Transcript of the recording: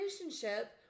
relationship